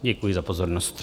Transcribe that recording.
Děkuji za pozornost.